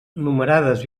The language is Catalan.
numerades